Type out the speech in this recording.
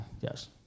Yes